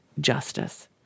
justice